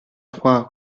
trois